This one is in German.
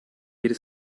jede